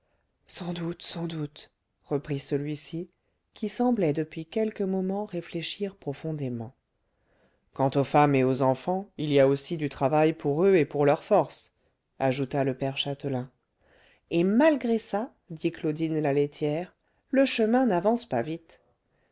sans doute sans doute reprit celui-ci qui semblait depuis quelques moments réfléchir profondément quant aux femmes et aux enfants il y a aussi du travail pour eux et pour leurs forces ajouta le père châtelain et malgré ça dit claudine la laitière le chemin n'avance pas vite